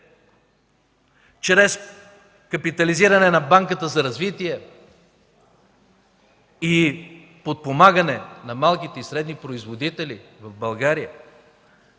чрез капитализиране на Банката за развитие и подпомагане на малките и средни производители в България.